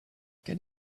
can